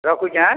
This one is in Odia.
ରଖୁଛେ ହାଁ